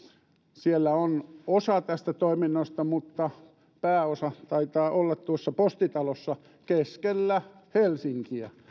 siellä on osa tästä toiminnosta mutta pääosa taitaa olla tuossa postitalossa keskellä helsinkiä